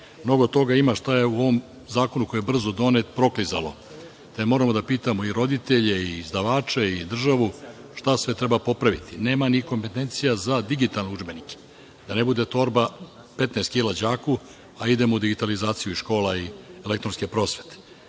Mnogo toga ima što je u ovom zakonu, koji je brzo donet, proklizalo, te moramo da pitamo i roditelje i izdavače i državu šta sve treba popraviti. Nema ni kompetencija za digitalne udžbenike, da ne bude torba 15 kilograma đaku, a idemo u digitalizaciju škola i elektronske prosvete,